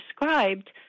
described